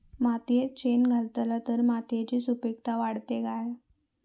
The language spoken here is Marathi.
मातयेत शेण घातला तर मातयेची सुपीकता वाढते काय?